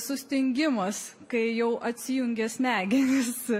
sustingimas kai jau atsijungia smegenys